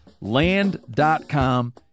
land.com